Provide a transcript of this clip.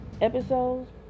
episodes